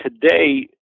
Today